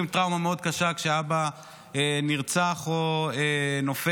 טראומה מאוד קשה כשהאבא נרצח או נופל.